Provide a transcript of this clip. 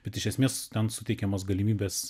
bet iš esmės ten suteikiamos galimybės